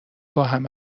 باهم